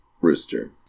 Rooster